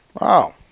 Wow